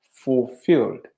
fulfilled